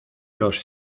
los